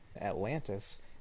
Atlantis